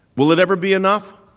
will it ever be enough?